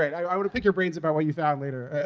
i want to pick your brains about what you found later.